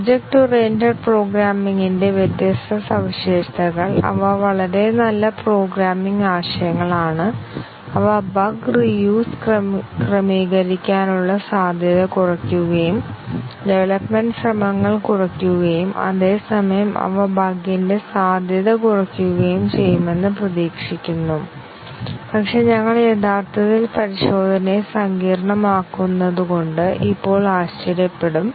object oriented പ്രോഗ്രാമിംഗിന്റെ വ്യത്യസ്ത സവിശേഷതകൾ അവ വളരെ നല്ല പ്രോഗ്രാമിംഗ് ആശയങ്ങളാണ് അവ ബഗ് റീയൂസ് ക്രമീകരിക്കാനുള്ള സാധ്യത കുറയ്ക്കുകയും ഡെവലപ്മെന്റ് ശ്രമങ്ങൾ കുറയ്ക്കുകയും അതേ സമയം അവ ബഗിന്റെ സാധ്യത കുറയ്ക്കുകയും ചെയ്യുമെന്ന് പ്രതീക്ഷിക്കുന്നു പക്ഷേ ഞങ്ങൾ യഥാർത്ഥത്തിൽ പരിശോധനയെ സങ്കീർണ്ണമാക്കുന്നതുകൊണ്ട് ഇപ്പോൾ ആശ്ചര്യപ്പെടും